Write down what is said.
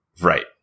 Right